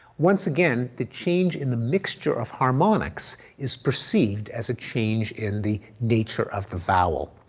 once again, the change in the mixture of harmonics is perceived as a change in the nature of the vowel.